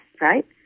right